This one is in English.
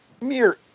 mere